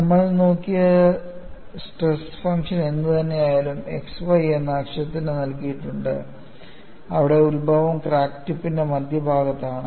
നമ്മൾ നോക്കിയ stress function എന്തുതന്നെയായാലും x y എന്ന അക്ഷത്തിന് നൽകിയിട്ടുണ്ട് അവിടെ ഉത്ഭവം ക്രാക്ക് ടിപ്പിന്റെ മധ്യഭാഗത്താണ്